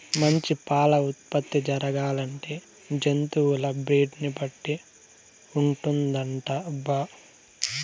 మంచి పాల ఉత్పత్తి జరగాలంటే జంతువుల బ్రీడ్ ని బట్టి ఉంటుందటబ్బా